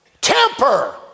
temper